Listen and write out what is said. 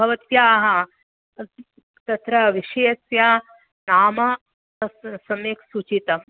भवत्याः तत्र विषयस्य नाम तत् सम्यक् सूचितम्